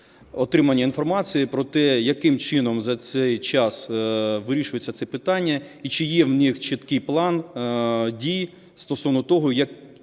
отримання інформації про те, яким чином за цей час вирішується це питання, і чи є в них чіткий план дій стосовно того, як